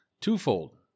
Twofold